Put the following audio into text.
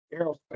aerospace